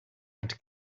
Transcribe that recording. and